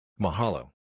Mahalo